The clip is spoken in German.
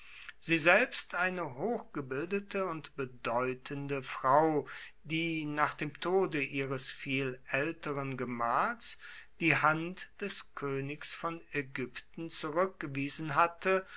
sie selbst eine hochgebildete und bedeutende frau die nach dem tode ihres viel älteren gemahls die hand des königs von ägypten zurückgewiesen hatte